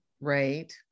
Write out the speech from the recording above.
Right